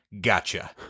Gotcha